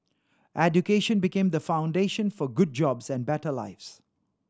education became the foundation for good jobs and better lives